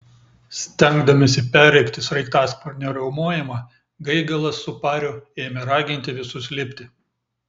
stengdamiesi perrėkti sraigtasparnio riaumojimą gaigalas su pariu ėmė raginti visus lipti